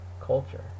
culture